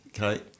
Okay